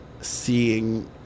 seeing